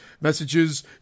messages